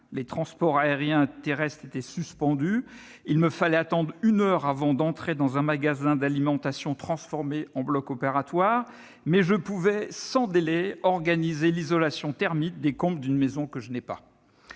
Les transports aériens et terrestres étaient suspendus et il me fallait attendre une heure avant d'entrer dans un magasin d'alimentation transformé en bloc opératoire, mais je pouvais sans délai organiser l'isolation thermique des combles d'une maison que je n'ai pas